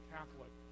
Catholic